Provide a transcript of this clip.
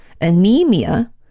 anemia